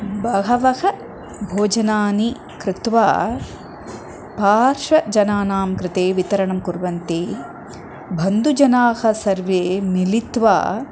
बहवः भोजनानि कृत्वा पार्श्वजनानां कृते वितरणं कुर्वन्ति बन्धुजनाः सर्वे मिलित्वा